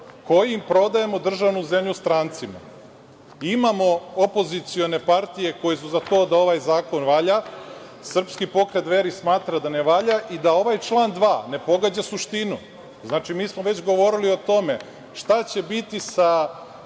kojim prodajemo državnu zemlju strancima. Imamo opozicione partije koje su za to da ovaj zakon valja. Sprski pokret DVERI smatra da ne valja i da ovaj član 2. Ne pogađa suštinu. Znači, mi smo već govorili o tome šta će biti sa